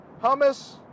hummus